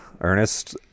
Ernest